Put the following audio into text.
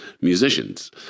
musicians